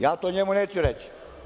Ja to njemu neću reći.